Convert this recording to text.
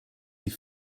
wie